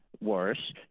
worse